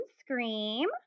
Scream